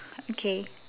okay